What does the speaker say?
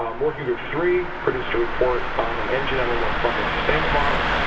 um working group three produced a report on an n g nine one one funding statement model.